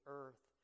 earth